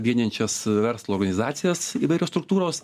vienijančios verslo organizacijas įvairios struktūros